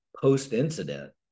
post-incident